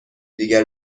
دیگر